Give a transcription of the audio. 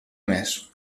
més